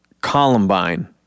Columbine